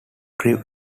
grew